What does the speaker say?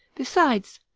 besides,